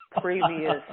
previous